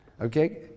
okay